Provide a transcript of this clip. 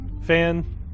Fan